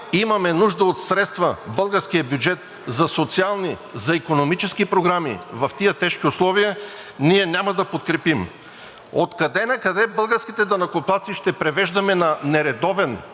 имаме нужда от средства в българския бюджет за социални, за икономически програми в тези тежки условия, ние няма да подкрепим! Откъде накъде българските данъкоплатци ще превеждаме на нередовен,